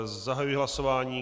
Zahajuji hlasování.